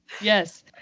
Yes